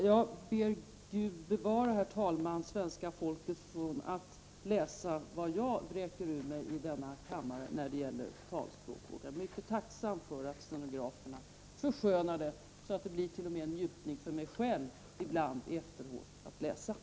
Herr talman! Jag ber Gud bevara svenska folket från att läsa vad jag på talspråk vräker ur mig i denna kammare. Jag är mycket tacksam för att stenograferna förskönar talspråket så att det efteråt t.o.m. blir en njutning för mig själv att läsa det.